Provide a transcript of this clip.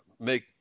make